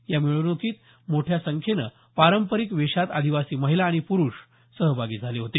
या मिरवणुकीत मोठ्या संख्येनं पारंपारिक वेशात आदिवासी महिला आणि पुरूष सहभागी झाले होते